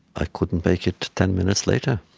i couldn't make it ten minutes later.